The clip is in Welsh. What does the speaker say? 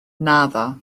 naddo